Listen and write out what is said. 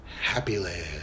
Happyland